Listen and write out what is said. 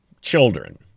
Children